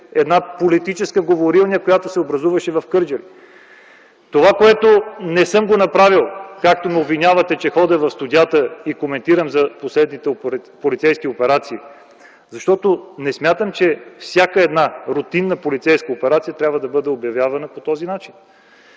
една политическа говорилня, която се образуваше в Кърджали. Това, което не съм направил, както ме обвинявате, че ходя в студията и коментирам за последните полицейски операции, защото не смятам, че всяка една рутинна полицейска операция трябва да бъде обявявана по този начин.